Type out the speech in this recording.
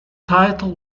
title